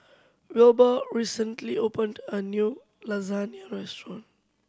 Wilbur recently opened a new Lasagna Restaurant